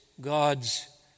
God's